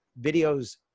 Videos